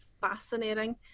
fascinating